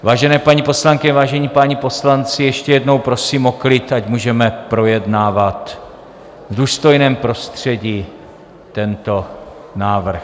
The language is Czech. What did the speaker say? Vážené paní poslankyně, vážení páni poslanci, ještě jednou prosím o klid, ať můžeme projednávat v důstojném prostředí tento návrh.